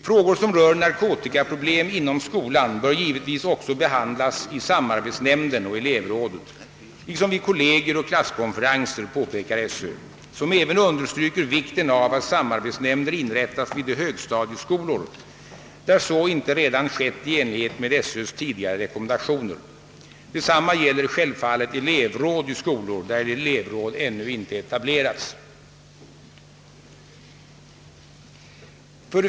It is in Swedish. Frågor som rör narkotikaproblem inom skolan bör givetvis också behandlas i samarbetsnämnden och elevrådet, liksom vid kollegier och klasskonferenser, påpekar skolöverstyrelsen, som även understryker vikten av att samarbetsnämnder inrättas vid de högstadieskolor, där så inte redan skett i enlighet med skolöverstyrelsens tidigare rekommendationer. Detsamma gäller självfallet elevråd i skolor, där elevråd ännu inte etablerats.